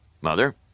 Mother